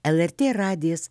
lrt radijas